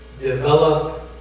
develop